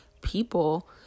people